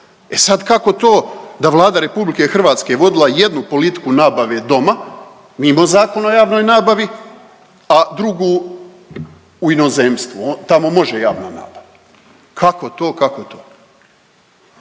E sad kako to da Vlada RH je vodila jednu politiku nabave doma mimo Zakona o javnoj nabavi, a drugu u inozemstvu tamo može javna nabava? Kako to, kako to?